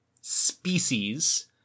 species